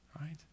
right